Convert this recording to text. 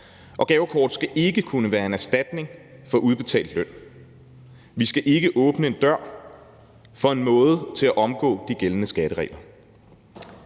og gavekort skal ikke kunne være en erstatning for udbetalt løn. Vi skal ikke åbne en dør for en måde at omgå de gældende skatteregler